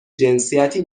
جنسیتی